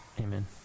Amen